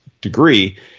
degree